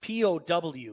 POW